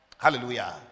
Hallelujah